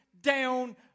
down